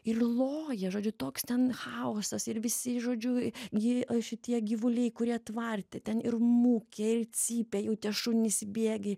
ir loja žodžiu toks ten chaosas ir visi žodžiu ji šitie gyvuliai kurie tvarte ten ir mūkia ir cypia jau tie šunys bėgi